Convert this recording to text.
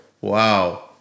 Wow